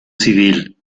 civil